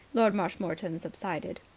lord marshmoreton subsided.